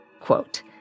quote